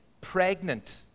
pregnant